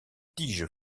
tiges